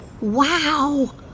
Wow